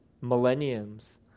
millenniums